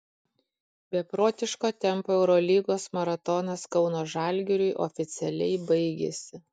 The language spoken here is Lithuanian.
beprotiško tempo eurolygos maratonas kauno žalgiriui oficialiai baigėsi